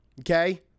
Okay